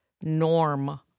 norm